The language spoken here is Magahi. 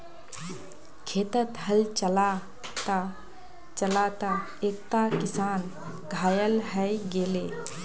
खेतत हल चला त चला त एकता किसान घायल हय गेले